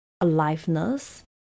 aliveness